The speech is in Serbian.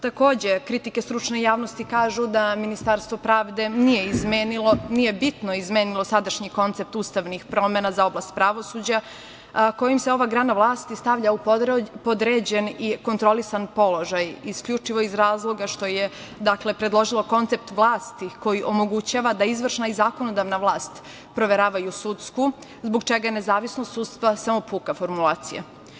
Takođe, kritike stručne javnosti kažu da Ministarstvo pravde nije bitno izmenilo sadašnji koncept ustavnih promena za oblast pravosuđa kojim se ova grana vlasti stavlja u podređen i kontrolisan položaj, isključivo iz razloga što je predložilo koncept vlasti koji omogućava da izvršna i zakonodavna vlast proveravaju sudsku, zbog čega je nezavisnost sudstva samo puka formulacija.